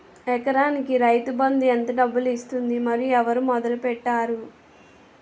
ఎకరానికి రైతు బందు ఎంత డబ్బులు ఇస్తుంది? మరియు ఎవరు మొదల పెట్టారు?